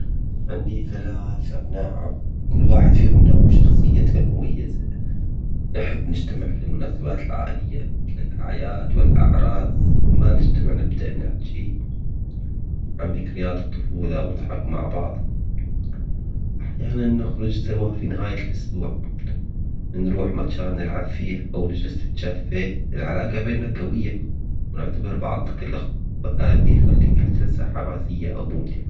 عندي ثلاث أيناء عم كل واحد فيهم له شخصيته المميزة، نحب نجتمع في المناسبات العائلية مثل الأعياد والأعراس، لما نجتمع نبدأ نحكي عن ذكريات الطفولة ونضحك مع بعض، أحياناً نخرج سوا في نهاية الأسبوع نروح مكان نلعب فيه أو نجلس في الكافيه، العلاقة بينا قوية ونعتبر بعضنا كالإخوة، وهذا يخلي كل جلسة حماسية أو ممتعة.